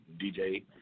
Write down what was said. DJ